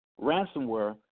ransomware